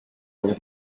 where